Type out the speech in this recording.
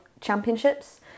Championships